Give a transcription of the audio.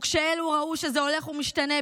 וכשאלו ראו שזה הולך ומשתנה,